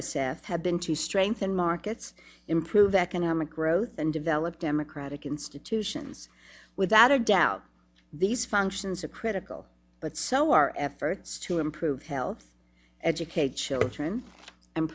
f have been to strengthen markets improve economic growth and develop democratic institutions without a doubt these functions are critical but so are efforts to improve health educate children and